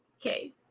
Okay